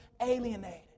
alienated